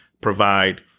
provide